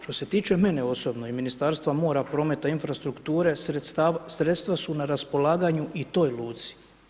Što se tiče mene osobno i Ministarstva mora, prometa i infrastrukture, sredstva su na raspolaganju i toj luci.